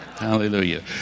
Hallelujah